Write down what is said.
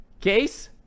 Case